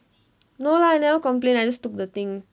no lah I never complain I just took the thing